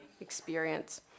experience